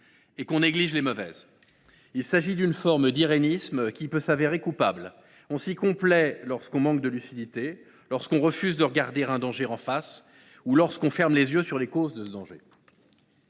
et que l’on néglige les mauvaises. Il s’agit d’une forme d’irénisme qui peut se révéler coupable. On s’y complaît lorsque l’on manque de lucidité, lorsque l’on refuse de regarder un danger en face ou lorsque l’on ferme les yeux sur les causes de ce danger.